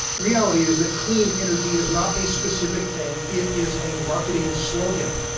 reality is that clean energy is not a specific thing it is a marketing slogan.